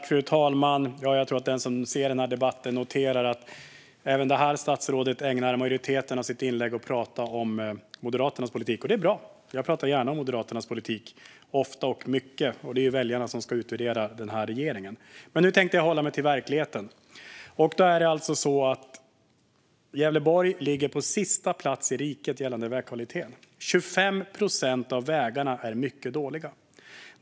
Fru talman! Jag tror att den som ser den här debatten noterar att även det här statsrådet ägnar huvuddelen av sitt inlägg åt att prata om Moderaternas politik. Det är bra. Jag pratar gärna om Moderaternas politik ofta och mycket. Det är väljarna som ska utvärdera den här regeringen. Men nu tänkte jag hålla mig till verkligheten. Gävleborg ligger på sista plats i riket gällande vägkvaliteten. 25 procent av vägarna är mycket dåliga.